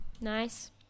nice